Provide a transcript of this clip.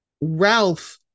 Ralph